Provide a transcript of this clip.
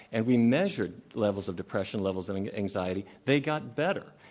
and we measured levels of depression, levels and of anxiety. they got better.